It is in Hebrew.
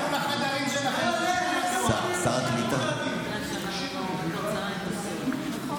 לכו לחדרים שלכם, בועז, תכף נחליט.